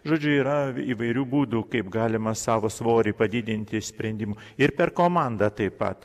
žodžiu yra įvairių būdų kaip galima savo svorį padidinti sprendimų ir per komandą taip pat